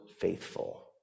faithful